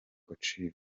gaciro